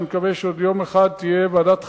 ואני מקווה שיום אחד תהיה ועדת חקירה,